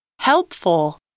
Helpful